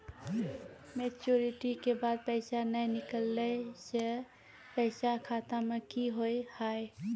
Maturity के बाद पैसा नए निकले से पैसा खाता मे की होव हाय?